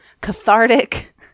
cathartic